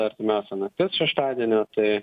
artimiausio naktis šeštadienio tai